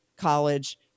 college